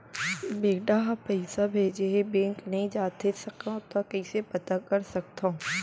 बेटा ह पइसा भेजे हे बैंक नई जाथे सकंव त कइसे पता कर सकथव?